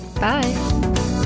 bye